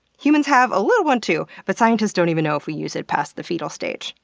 humans have a little one too, but scientists don't even know if we use it past the fetal stage.